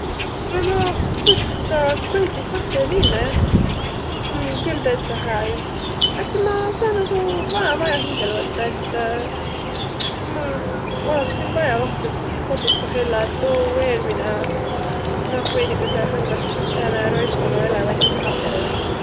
Kuulõq, ma kuuldsõ, et sa kolit vist vahtshõ liina, jah? Tuu om küll täitsä hää jo, äkki ma saanuq su vana maja hindäle võttaq, et mul olõs küll vaia vahtsõt kotust, koh elläq, tuu eelmine, noh veidükese hõngas' sääne roiskunu elevandiliha perrä.